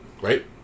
Right